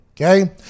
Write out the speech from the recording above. okay